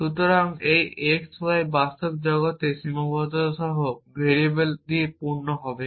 সুতরাং এই x y বাস্তব জগতে সীমাবদ্ধতা সহ ভেরিয়েবল দিয়ে পূর্ণ হবে